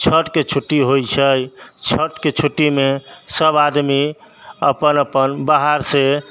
छठके छुट्टी होइ छै छठके छुट्टीमे सब आदमी अपन अपन बाहरसँ